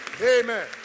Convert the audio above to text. Amen